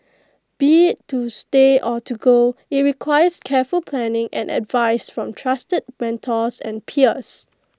be IT to stay or to go IT requires careful planning and advice from trusted mentors and peers